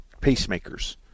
pacemakers